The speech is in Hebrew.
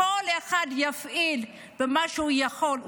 כל אחד יפעיל את מה שהוא יכול,